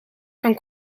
kan